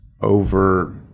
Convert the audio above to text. over